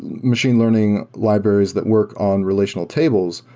machine learning libraries that work on relational tables.